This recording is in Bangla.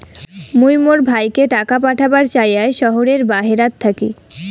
মুই মোর ভাইকে টাকা পাঠাবার চাই য়ায় শহরের বাহেরাত থাকি